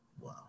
Wow